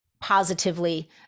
positively